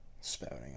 spouting